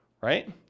right